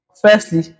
Firstly